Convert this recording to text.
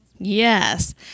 Yes